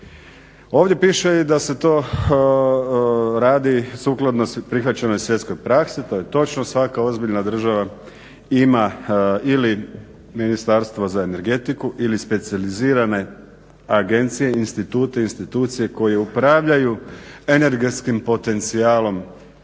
Ovdje piše i da se to radi sukladno prihvaćenoj svjetskoj praksi, to je točno. Svaka ozbiljna država ima ili ministarstvo za energetiku ili specijalizirane agencije, institute, institucije koje upravljaju energetskim potencijalom